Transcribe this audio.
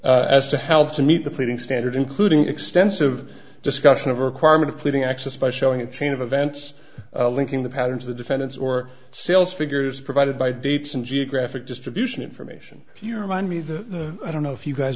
malibu as to how to meet the pleading standard including extensive discussion of requirement of pleading access by showing a chain of events linking the pattern to the defendants or sales figures provided by dates and geographic distribution information your mind me the i don't know if you guys